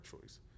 choice